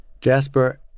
Jasper